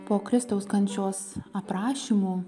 po kristaus kančios aprašymų